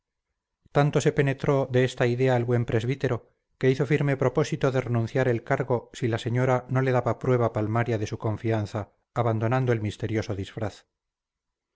tanto se penetró de esta idea el buen presbítero que hizo firme propósito de renunciar el cargo si la señora no le daba prueba palmaria de su confianza abandonando el misterioso disfraz